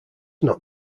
not